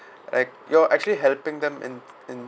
like you're actually helping them in in